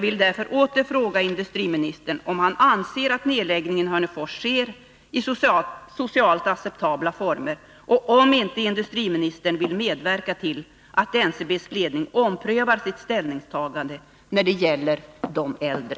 medverka till att NCB:s ledning omprövar sitt ställningstagande när det gäller de äldre.